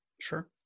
Sure